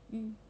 mm